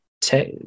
tech